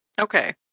Okay